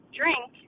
drink